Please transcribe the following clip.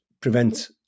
prevent